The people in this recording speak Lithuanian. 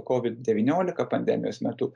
kovid devyniolika pandemijos metu